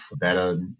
better